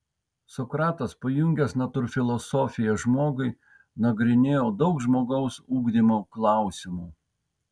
sokratas pajungęs natūrfilosofiją žmogui nagrinėjo daug žmogaus ugdymo klausimų